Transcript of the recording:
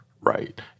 right